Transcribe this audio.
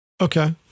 Okay